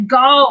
go